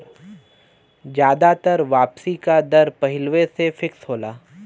जादातर वापसी का दर पहिलवें से फिक्स होला